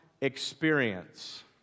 Experience